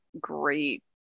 great